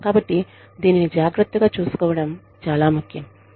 కాబట్టి దీనిని జాగ్రత్తగా చూసుకోవడం చాలా ముఖ్యం